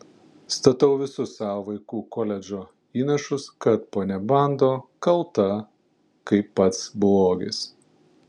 statau visus savo vaikų koledžo įnašus kad ponia bando kalta kaip pats blogis